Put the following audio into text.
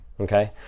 okay